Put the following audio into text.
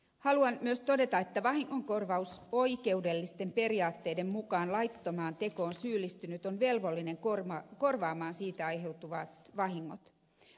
haluan myös todeta että vahingonkorvausoikeudellisten periaatteiden mukaan laittomaan tekoon syyllistynyt on velvollinen korvaamaan siitä aiheutuvat vahingot